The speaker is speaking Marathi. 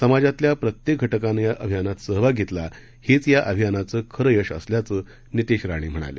समाजातल्या प्रत्येक घटकांनी या अभियानात सहभाग घेतला हेच या अभियानाचे खरं यश असल्याचं नितेश राणे म्हणाले